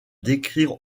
décrire